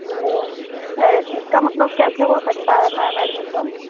तो इसका मतलब कैसे हो सकता है मैम एडमिसन